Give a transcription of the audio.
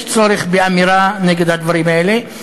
יש צורך באמירה נגד הדברים האלה.